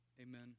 Amen